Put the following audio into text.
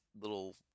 little